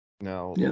Now